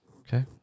Okay